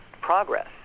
progress